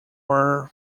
fruit